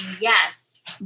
Yes